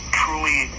truly